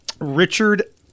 Richard